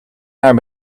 naar